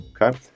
Okay